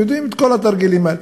ואנחנו מכירים את כל התרגילים האלה.